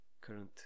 current